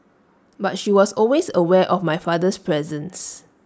but she was always aware of my father's presence